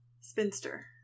Spinster